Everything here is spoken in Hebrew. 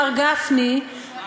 מר גפני,